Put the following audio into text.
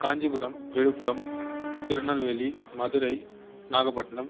Kanchipuram Viluppuram Tirunelveli Madurai Nagapattinam